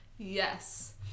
Yes